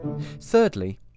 Thirdly